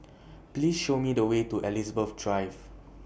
Please Show Me The Way to Elizabeth Drive